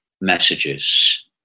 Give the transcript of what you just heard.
messages